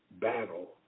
battle